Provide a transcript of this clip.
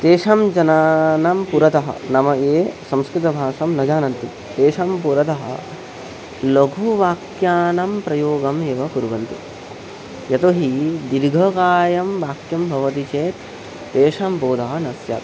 तेषां जनानां पुरतः नाम ये संस्कृतभाषां न जानन्ति तेषां पुरतः लघुवाक्यानां प्रयोगमेव कुर्वन्ति यतो हि दीर्घकायं वाक्यं भवति चेत् तेषां बोधः न स्यात्